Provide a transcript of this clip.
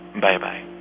Bye-bye